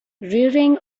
rearing